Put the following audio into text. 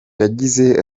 yagize